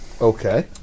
Okay